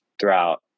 throughout